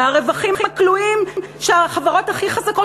מהרווחים הכלואים שהחברות הכי חזקות